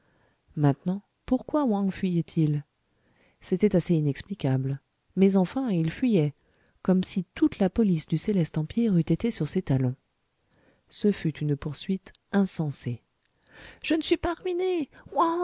maintenant pourquoi wang fuyait il c'était assez inexplicable mais enfin il fuyait comme si toute la police du céleste empire eût été sur ses talons ce fut une poursuite insensée je ne suis pas ruiné